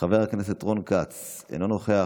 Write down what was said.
חבר הכנסת סימון דוידסון, אינו נוכח,